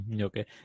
Okay